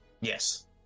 Yes